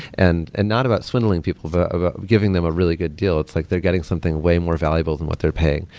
and and not about swindling people about giving them a really good deal. it's like they're getting something way more valuable than what they're paying.